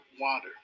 water